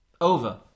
Over